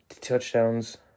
touchdowns